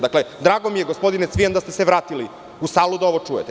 Dakle, drago mi je gospodine Cvijan da ste se vratili u salu da ovo čujete.